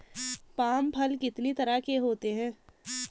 Palm फल कितनी तरह के होते हैं?